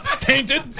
Tainted